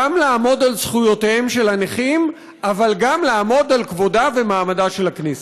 גם לעמוד על זכויותיהם של הנכים אבל גם לעמוד על כבודה ומעמדה של הכנסת.